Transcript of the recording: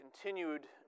continued